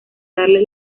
darles